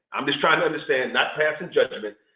i'm just trying to understand, not passing judgment.